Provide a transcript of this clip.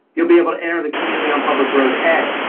you'll be able to enter the community on public road a.